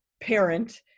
parent